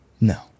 No